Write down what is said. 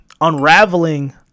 unraveling